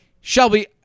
Shelby